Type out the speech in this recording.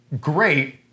great